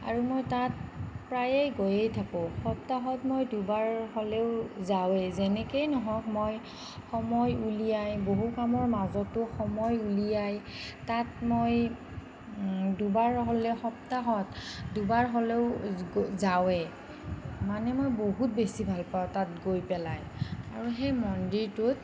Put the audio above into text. আৰু মই তাত প্ৰায়েই গৈয়ে থাকোঁ সপ্তাহত মই দুবাৰ হ'লেও যাওঁৱেই যেনেকেই নহওক মই সময় উলিয়াই বহু কামৰ মাজতো সময় উলিয়াই তাত মই দুবাৰ হ'লেও সপ্তাহত দুবাৰ হ'লেও যা যাওঁৱেই মানে মই বহুত বেছি ভালপাওঁ তাত গৈ পেলাই আৰু সেই মন্দিৰটোত